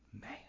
man